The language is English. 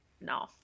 No